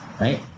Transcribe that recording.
right